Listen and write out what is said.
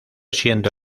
siendo